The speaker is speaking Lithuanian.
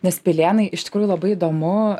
nes pilėnai iš tikrųjų labai įdomu